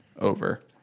over